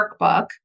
workbook